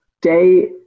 day